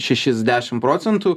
šešis dešim procentų